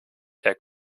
der